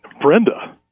Brenda